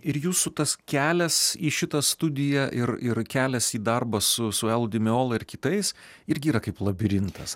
ir jūsų tas kelias į šitą studiją ir ir kelias į darbą su su el dimeolo ir kitais irgi yra kaip labirintas